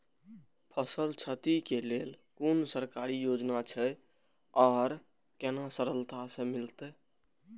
फसल छति के लेल कुन सरकारी योजना छै आर केना सरलता से मिलते?